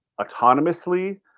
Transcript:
autonomously